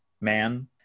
man